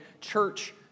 church